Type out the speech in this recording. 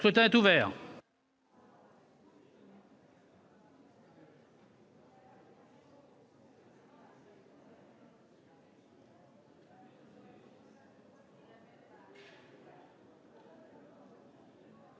Le scrutin est ouvert.